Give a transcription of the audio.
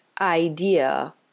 idea